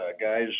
guys